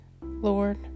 Lord